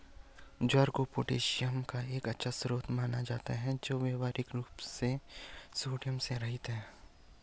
ज्वार को पोटेशियम का एक अच्छा स्रोत माना जाता है और व्यावहारिक रूप से सोडियम से रहित है